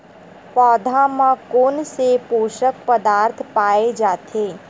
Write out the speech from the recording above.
पौधा मा कोन से पोषक पदार्थ पाए जाथे?